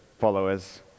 followers